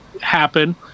happen